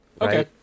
Okay